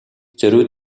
зориуд